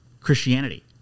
Christianity